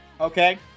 Okay